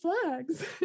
flags